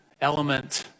element